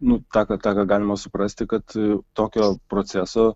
nu tą ką tą ką galima suprasti kad tokio proceso